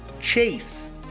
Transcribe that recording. Chase